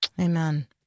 Amen